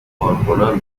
کارکنان